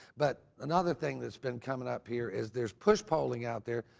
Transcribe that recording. but, another thing that's been coming up here is there's push polling out there.